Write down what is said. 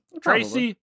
Tracy